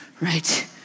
right